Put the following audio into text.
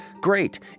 great